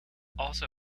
also